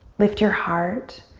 lift your heart,